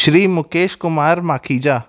Shri Mukesh Kumar Makhija